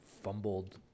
fumbled